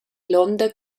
l’onda